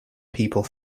people